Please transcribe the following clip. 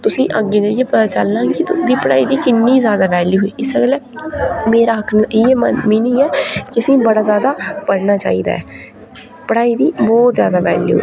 तुसेंगी अग्गै जाइयै पता चलना कि तुं'दी पढ़ाई दी किन्नी ज्यादा वैल्यू इस्सा गल्लै मेरा आखने दा इ'यै मीनिंग ऐ कि असेंगी बड़ा ज्यादा पढ़ना चाहिदा पढ़ाई दी बहुत ज्यादा वैल्यू ऐ